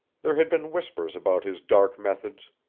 there had been whispers about his dark methods,